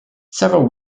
several